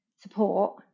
support